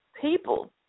people